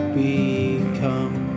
become